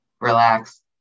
Relax